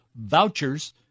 vouchers